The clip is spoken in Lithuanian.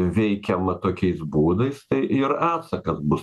veikiama tokiais būdais tai ir atsakas bus